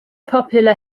popular